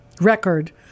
record